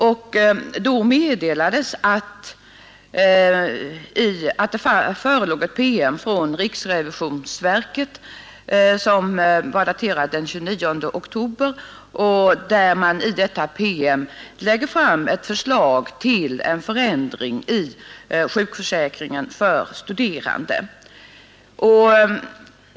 Då meddelades att det förelåg en PM från riksrevisionsverket, daterat den 29 oktober 1971. I denna PM framläggs ett förslag till förändring av sjukförsäkringen för studerande.